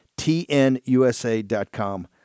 Tnusa.com